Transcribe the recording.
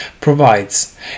provides